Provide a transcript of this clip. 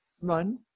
run